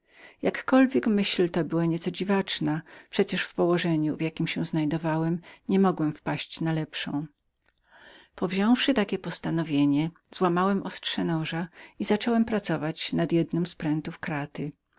jakkolwiek myśl ta była nieco dziwaczną przecież w położeniu w jakiem się znajdowałem nie mogłem wpaść na lepszą raz obrawszy stan złamałem ostrze noża i zacząłem pracować nad przepiłowaniem kraty